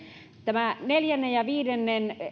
tämä neljännen ja viidennen